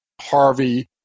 Harvey